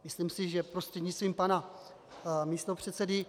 Myslím si, že prostřednictvím pana místopředsedy...